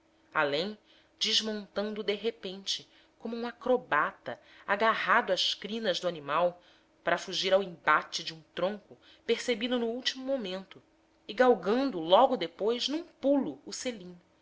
além desmontando de repente como um acrobata agarrado às crinas do animal para fugir ao embate de um tronco percebido no último momento e galgando logo depois num pulo o selim